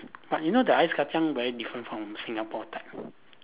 but you know the ice kacang very different from Singapore type